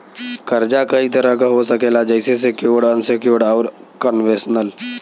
कर्जा कई तरह क हो सकेला जइसे सेक्योर्ड, अनसेक्योर्ड, आउर कन्वेशनल